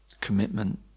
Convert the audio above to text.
commitment